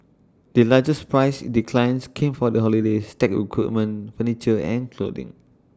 the largest price declines came for holidays tech equipment furniture and clothing